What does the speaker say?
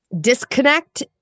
disconnect